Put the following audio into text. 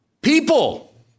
people